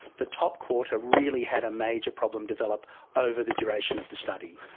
the top quarter really had a major problem develop over the duration of the study.